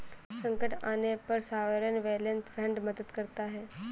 संकट आने पर सॉवरेन वेल्थ फंड मदद करता है